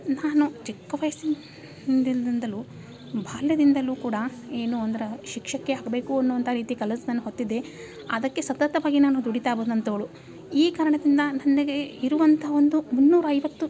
ನಾನು ಚಿಕ್ಕ ವಯ್ಸಿನ ದಿಂದಲು ಬಾಲ್ಯದಿಂದಲೂ ಕೂಡ ಏನು ಅಂದ್ರೆ ಶಿಕ್ಷಕಿ ಆಗಬೇಕು ಅನ್ನುವಂಥ ರೀತಿ ಕನಸನ್ ಹೊತ್ತಿದ್ದೆ ಅದಕ್ಕೆ ಸತತವಾಗಿ ನಾನು ದುಡಿತಾ ಬಂದಂಥವಳು ಈ ಕಾರಣದಿಂದ ನನಗೆ ಇರುವಂತಹ ಒಂದು ಮುನ್ನೂರೈವತ್ತು